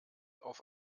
auf